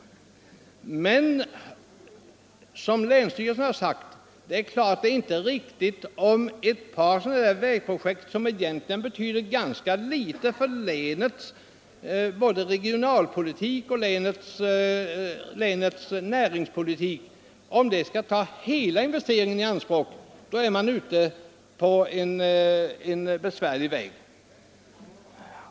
Men såsom länsstyrelsen har sagt är det inte riktigt att ett par sådana vägprojekt, som egentligen betyder ganska litet för länets regionalpolitik och näringspolitik, skall ta hela investeringen i anspråk. Då kan man råka in i besvärliga förhållanden.